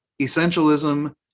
essentialism